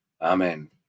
Amen